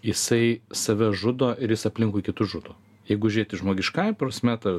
jisai save žudo ir jis aplinkui kitus žudo jeigu žiūrėti žmogiškąja prasme ta